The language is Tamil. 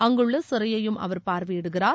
அங்குள்ள சிறையையும் அவர் பார்வையிடுகிறார்